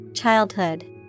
Childhood